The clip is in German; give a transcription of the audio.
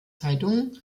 zeitungen